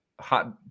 Hot